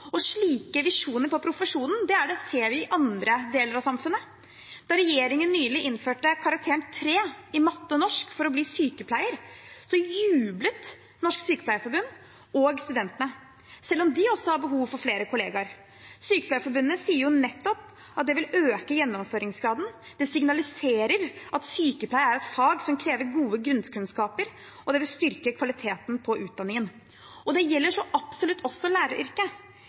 Slike visjoner for profesjonen ser vi i andre deler av samfunnet. Da regjeringen nylig innførte karakteren 3 i matte og norsk for å bli sykepleier, jublet Norsk Sykepleierforbund og studentene, selv om de også har behov for flere kollegaer. Sykepleierforbundet sier nettopp at det vil øke gjennomføringsgraden, at det signaliserer at sykepleie er et fag som krever gode grunnkunnskaper, og at det vil styrke kvaliteten på utdanningen. Dette gjelder absolutt også for læreryrket.